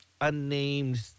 unnamed